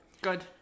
Good